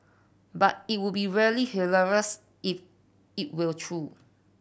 but it would be really hilarious if it were true